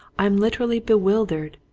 i'm literally bewildered.